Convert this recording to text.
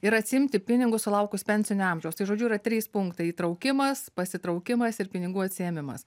ir atsiimti pinigus sulaukus pensinio amžiaus tai žodžiu yra trys punktai įtraukimas pasitraukimas ir pinigų atsiėmimas